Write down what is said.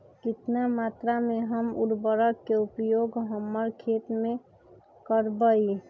कितना मात्रा में हम उर्वरक के उपयोग हमर खेत में करबई?